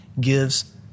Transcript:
gives